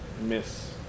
miss